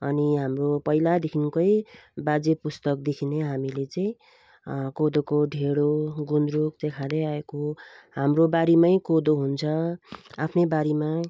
अनि हाम्रो पहिलादेखिन्कै बाजे पुस्तादेखि नै हामीले चाहिँ कोदोको ढिँडो गुन्द्रुक त्यो खाँदैआएको हो हाम्रो बारीमै कोदो हुन्छ आफ्नै बारीमा